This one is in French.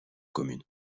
communes